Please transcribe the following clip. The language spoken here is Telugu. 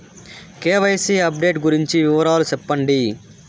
కె.వై.సి అప్డేట్ గురించి వివరాలు సెప్పండి?